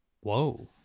Whoa